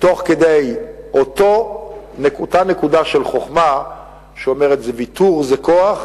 עם אותה נקודה של חוכמה שאומרת: ויתור זה כוח,